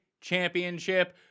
Championship